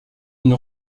une